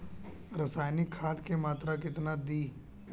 रसायनिक खाद के मात्रा केतना दी?